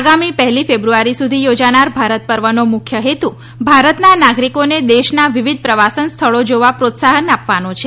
આગામી પહેલી ફેબ્રુઆરી સુધી યોજાનાર ભારત પર્વનો મુખ્ય હેતુ ભારતના નાગરિકોને દેશના વિવિધ પ્રવાસન સ્થળો જોવા પ્રોત્સાહન આપવાનો છે